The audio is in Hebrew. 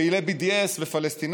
פעילי BDS ופלסטינים,